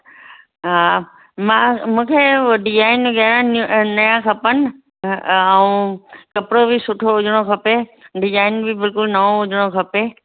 हा मां मूंखे उहो डिज़ाइन नया खपनि ऐं कपिड़ो बि सुठो हुजिणो खपे डिज़ाइन बि बिल्कुलु नओ हुजिणो खपे